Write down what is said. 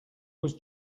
was